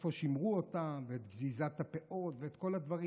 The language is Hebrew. איפה שימרו אותם, ואת גזיזת הפאות ואת כל הדברים.